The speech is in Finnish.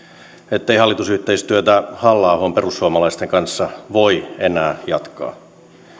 ettei hallitusyhteistyötä halla ahon perussuomalaisten kanssa voi enää jatkaa